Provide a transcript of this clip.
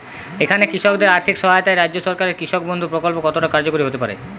এখানে কৃষকদের আর্থিক সহায়তায় রাজ্য সরকারের কৃষক বন্ধু প্রক্ল্প কতটা কার্যকরী হতে পারে?